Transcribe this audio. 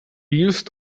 used